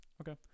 Okay